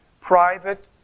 private